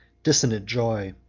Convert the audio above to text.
dissonant joy,